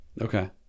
Okay